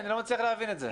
אני לא מצליח להבין את זה.